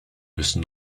müssen